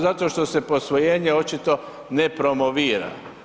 Zato što se posvojenje očito ne promovira.